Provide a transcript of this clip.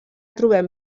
trobem